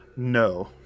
No